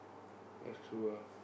that's true ah